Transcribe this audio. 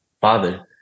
father